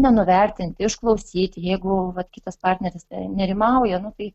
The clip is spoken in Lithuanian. nenuvertinti išklausyti jeigu vat kitas partneris nerimauja nu tai